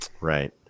Right